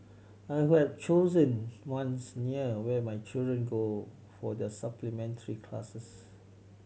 I would have chosen ones near where my children go for their supplementary classes